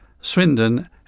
Swindon